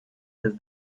have